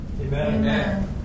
Amen